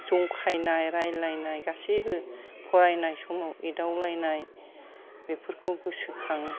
जंखायनाय रायलायनाय गासैबो फरायनाय समाव एदावलायनाय बेफोरखौ गोसोखाङो